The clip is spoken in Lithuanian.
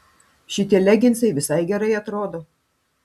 šitie leginsai visai gerai atrodo